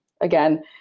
again